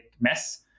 mess